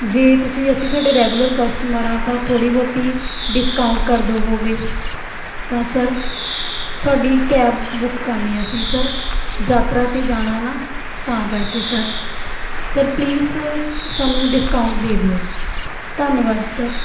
ਜੇ ਤੁਸੀਂ ਅਸੀਂ ਤੁਹਾਡੇ ਰੈਗੁਲਰ ਕਸਟਮਰ ਹਾਂ ਤਾਂ ਥੋੜ੍ਹੀ ਬਹੁਤ ਡਿਸਕਾਊਂਟ ਕਰ ਦੇਵੋਗੇ ਤਾਂ ਸਰ ਤੁਹਾਡੀ ਕੈਬ ਬੁੱਕ ਕਰਨੀ ਆ ਅਸੀਂ ਸਰ ਯਾਤਰਾ 'ਤੇ ਜਾਣਾ ਨਾ ਤਾਂ ਕਰਕੇ ਸਰ ਸਰ ਪਲੀਸ ਸਾਨੂੰ ਡਿਸਕਾਊਂਟ ਦੇ ਦਿਓ ਧੰਨਵਾਦ ਸਰ